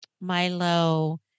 Milo